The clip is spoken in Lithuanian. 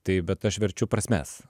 taip bet aš verčiu prasmes